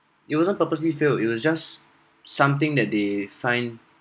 it wasn't purposely fail it was just something that they signed